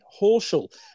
Horschel